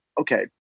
okay